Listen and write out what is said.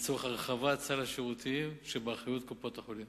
לצורך הרחבת סל השירותים שבאחריות קופות-החולים.